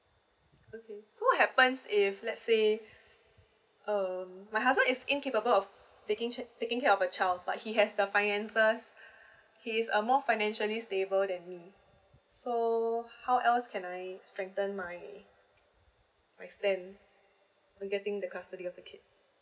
okay so what happens if let's say uh my husband is incapable of taking ch~ taking care of a child but he has the finances he is a more financially stable then me so how else can I strengthen my my stand on getting the custody of the kid